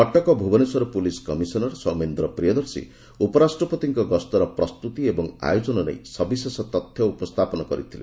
Cuttack Bhubaneswar police commissioner Soumendra Priyadarshi ଉପରାଷ୍ଟ୍ରପତିଙ୍କ ଗସ୍ତର ପ୍ରସ୍ତୁତି ଏବଂ ଆୟୋଜନ ନେଇ ସବିଶେଷ ତଥ୍ୟ ଉପସ୍ଥାପନ କରିଥିଲେ